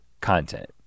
content